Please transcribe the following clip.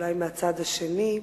אולי מהצד השני.